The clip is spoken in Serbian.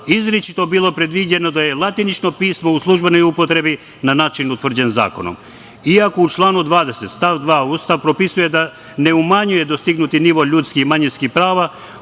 izričito bilo predviđeno da je latinično pismo u službenoj upotrebi na način utvrđen zakonom. Iako u članu 20. stav 2. Ustav propisuje da ne umanjuje dostignuti nivo ljudskih i manjinskih prava,